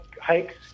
hikes